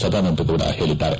ಸದಾನಂದಗೌಡ ಹೇಳಿದ್ದಾರೆ